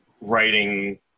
writing